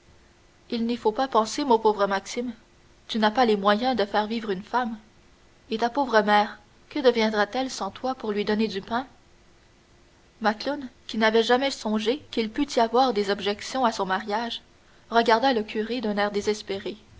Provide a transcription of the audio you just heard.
il n'y faut pas penser mon pauvre maxime tu n'as pas les moyens de faire vivre une femme et ta pauvre mère que deviendrait-elle sans toi pour lui donner du pain macloune qui n'avait jamais songé qu'il pût y avoir des objections à son mariage regarda le curé d'un air désespéré